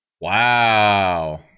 Wow